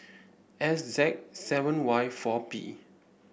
S Z seven Y four P